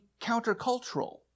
countercultural